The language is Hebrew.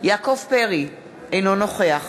יעקב פרי, אינו נוכח